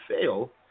fail